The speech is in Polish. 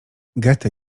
goethe